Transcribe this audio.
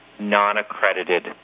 non-accredited